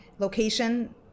Location